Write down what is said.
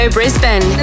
Brisbane